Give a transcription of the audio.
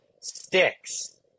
sticks